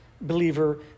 believer